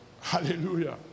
Hallelujah